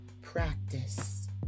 practice